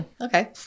Okay